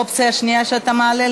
אופציה שנייה שאתה מעלה,